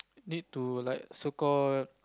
need to like so call